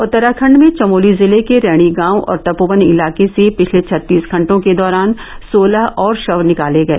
उत्तराखड में चमोली जिले के रैणी गांव और तपोवन इलाके से पिछले छत्तीस घंटों के दौरान सोलह और शव निकाले गए